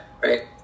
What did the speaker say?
right